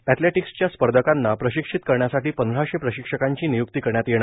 अँथेलिटिक्सच्या स्पर्धेकांना प्रशिक्षित करण्यासाठी पंधराशे प्रशिक्षकांची नियुक्ती करण्यात येणार